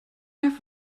have